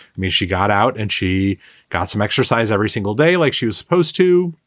mean, she got out and she got some exercise every single day like she was supposed to.